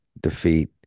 defeat